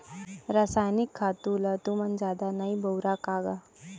रसायनिक खातू ल तुमन जादा नइ बउरा का गा?